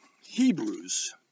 Hebrews